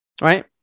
Right